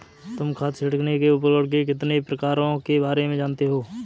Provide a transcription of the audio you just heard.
तुम खाद छिड़कने के उपकरण के कितने प्रकारों के बारे में जानते हो?